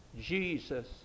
Jesus